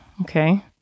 okay